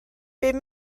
bum